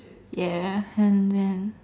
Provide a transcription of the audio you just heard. ya and then